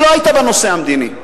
היא לא היתה בנושא המדיני,